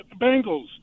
Bengals